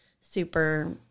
super